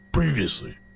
Previously